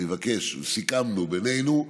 וסיכמנו בינינו,